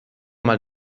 mal